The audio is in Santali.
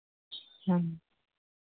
ᱦᱮᱸ